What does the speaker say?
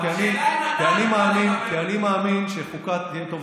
אני חייב להגיד לך שאתה מתפרץ,